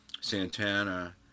Santana